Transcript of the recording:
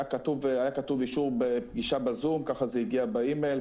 היה כתוב פגישה ב"זום", כך זה הגיע במייל.